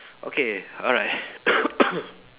okay alright